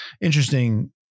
interesting